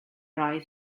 oedd